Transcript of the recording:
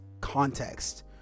context